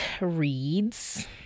reads